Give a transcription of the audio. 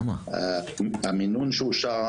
המינון שאושר.